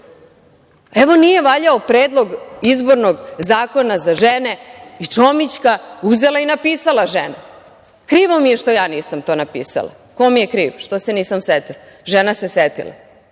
nije valjao Predlog izbornog zakona za žene i Čomićka uzela i napisala žena. Krivo mi je što ja nisam to napisala. Ko mi je kriv što se nisam setila? Žena se setila,